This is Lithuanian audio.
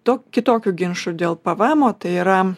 to kitokio ginčo dėl pvemo tai yra